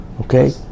Okay